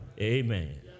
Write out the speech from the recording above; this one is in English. amen